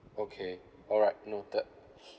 okay alright noted